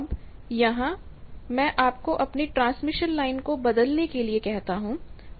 अब यहाँ मैं आपको अपनी ट्रांसमिशन लाइन को बदलने के लिए कहता हूँ